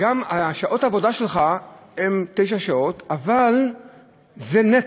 שעות העבודה שלך הן תשע שעות, אבל זה נטו: